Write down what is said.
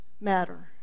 matter